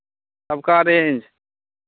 सबका रेंज